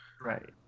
Right